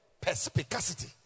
perspicacity